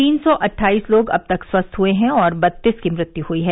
तीन सौ अद्वाइस लोग अब तक स्वस्थ हुए हैं और बत्तीस की मृत्यू हुई है